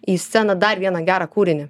į sceną dar vieną gerą kūrinį